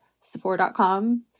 sephora.com